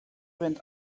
wind